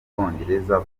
bwongereza